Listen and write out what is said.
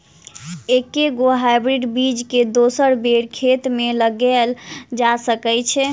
एके गो हाइब्रिड बीज केँ दोसर बेर खेत मे लगैल जा सकय छै?